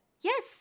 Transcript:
Yes